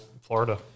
Florida